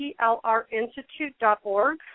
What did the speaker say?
plrinstitute.org